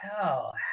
hell